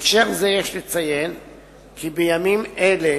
בהקשר זה יש לציין כי בימים אלה